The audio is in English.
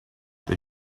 they